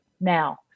now